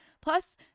Plus